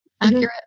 accurate